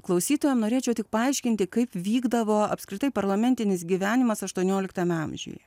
klausytojam norėčiau tik paaiškinti kaip vykdavo apskritai parlamentinis gyvenimas aštuonioliktame amžiuje